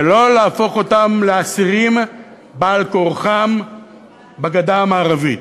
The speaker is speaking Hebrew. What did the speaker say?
ולא להפוך אותם לאסירים בעל כורחם בגדה המערבית.